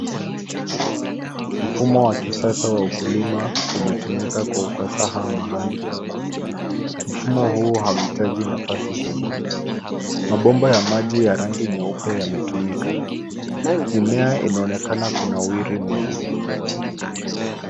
Mfumo wa kisasa wa ukulima umetumika kwa ufasaha mahali hapa. Mfumo huu hauhitaji nafasi kubwa. Mabomba ya maji ya rangi nyeupe yametumika. Mimea inaonekana kunawiri mno.